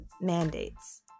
mandates